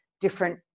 different